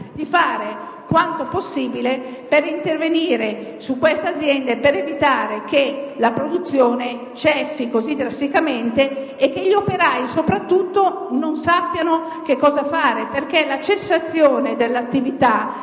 di fare quanto possibile per intervenire su queste aziende al fine di evitare che la produzione cessi così drasticamente. Soprattutto, gli operai non sanno che cosa fare perché la cessazione dell'attività